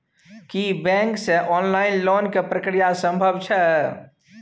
की bank से online loan के प्रक्रिया संभव छै?